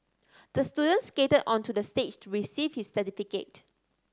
the student skated onto the stage to receive his certificate